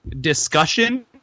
discussion